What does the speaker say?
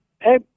hey